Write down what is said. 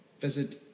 visit